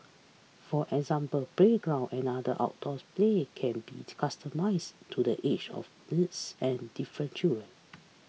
for example playground and other outdoors play can be to customize to the age of needs and different children